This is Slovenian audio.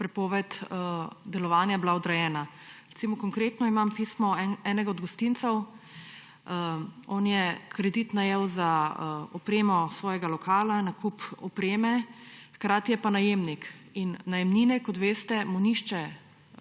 prepoved delovanja bila odrejena. Recimo konkretno imam pismo enega od gostincev, on je najel kredit za opremo svojega lokala, nakup opreme, hkrati je pa najemnik in najemnine, kot veste, mu nihče